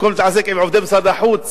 במקום להתעסק עם עובדי משרד החוץ